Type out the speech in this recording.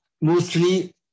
mostly